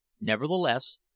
Nevertheless